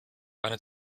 eine